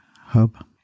hub